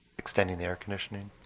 extending the air conditioning.